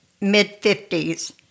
mid-50s